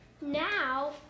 Now